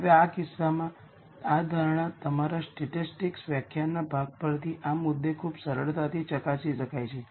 હવે આ કિસ્સામાં આ ધારણા તમારા સ્ટેટિસ્ટિક્સ વ્યાખ્યાનના ભાગ પરથી આ મુદ્દે ખૂબ સરળતાથી ચકાસી શકાય છે